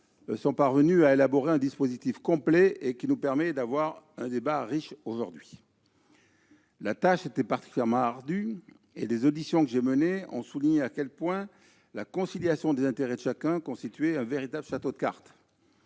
sont parvenus à élaborer un dispositif complet, nous permettant d'avoir un débat riche aujourd'hui. La tâche était particulièrement ardue ; les auditions que j'ai menées ont souligné à quel point la conciliation des intérêts de chacun constituait un véritable « château de cartes